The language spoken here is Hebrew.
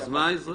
אז מה השאלה,